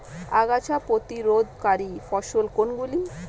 আগাছা প্রতিরোধকারী ফসল কোনগুলি?